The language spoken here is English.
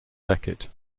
beckett